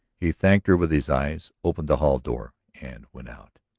he thanked her with his eyes, opened the hall door, and went out.